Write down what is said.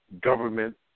government